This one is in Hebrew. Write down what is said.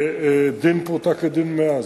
ודין פרוטה כדין מאה.